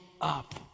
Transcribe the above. up